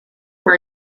for